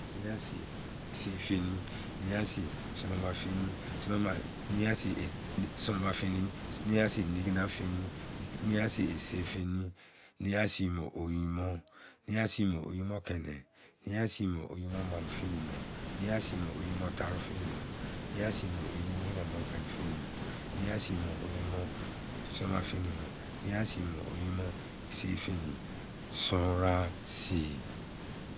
Nein a sii ise-feni, nein a sii sonoma-feni, nein a sii nigina-feni, nein a sii ise-feni, nein a sii mo oyi mo, nein a sii mo oyi mo maamo feni mo, nein a sii mo oyi mo taaru-feni mo, nein a sii mo oyi nigina mo keni feni mo, nein a sii mo oyi mo sonron-feni mo, nein a sii mo ise-feni, sonron a sii